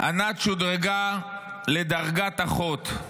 ענת שודרגה לדרגת אחות,